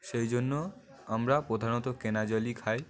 সেই জন্য আমরা প্রধানত কেনা জলই খাই